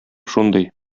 шундый